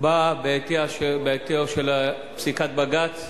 באה בעטיה של פסיקת בג"ץ,